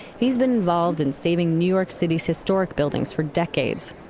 he's been involved in saving new york city's historic buildings for decades.